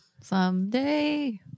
Someday